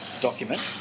document